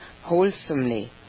wholesomely